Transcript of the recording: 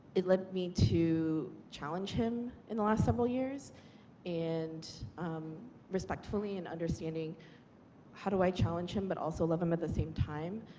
it led me to challenge him in the last several years and respectfully and understanding how do i challenge him but also love him at the same time,